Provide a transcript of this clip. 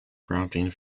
prompting